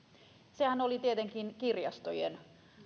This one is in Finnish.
sehän oli tietenkin kirjastojen